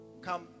come